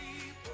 people